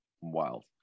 wild